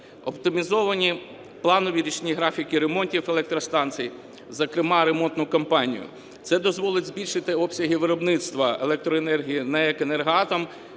Оптимізовані планові рішення і графіки ремонтів електростанцій, зокрема ремонтну кампанію. Це дозволить збільшити обсяги виробництва електроенергії на НАЕК "Енергоатом"